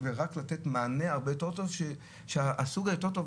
לתת מענה הרבה יותר טוב שהסוג היותר טוב,